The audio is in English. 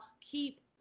keep